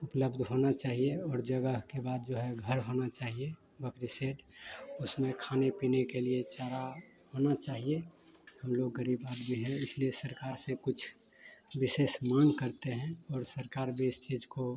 उपलब्ध होना चाहिए और जगह के बाद जो है घर होना चाहिए बकरी सेड उसमें खाने पीने के लिए चारा होना चाहिए हम लोग ग़रीब आदमी हैं इसलिए सरकार से कुछ विशेष माँग करते हैं और सरकार भी इस चीज़ को